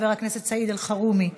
חבר הכנסת סעיד אלחרומי,